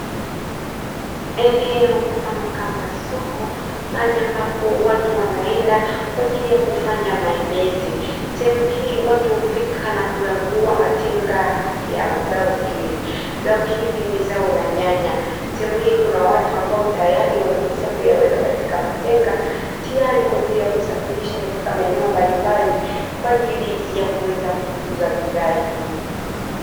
Eneo mfano kama soko, mahali ambapo watu wanaenda kwa ajili ya kufanya mahemezi. Sehemu hii watu hufika na kurangua matenga ya zao hili. Zao hili ni zao la nyanya. Sehemu hii kuna watu ambao tayari wamekwisha kuyeyaweka katika matenga, tayari kwa ajili ya kusafirisha katika maeneo mbalimbali, kwa ajili ya kuweza kuuza bidhaa hii.